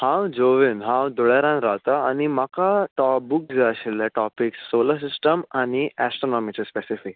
हांव जोवेन हांव धुळेरांत रावता आनी म्हाका तो बुक जाय आशिल्ले टॉपीक सोलर सिस्टम आनी एस्ट्रोनोमीचेर स्पेसिफीक